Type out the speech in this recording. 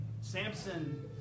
Samson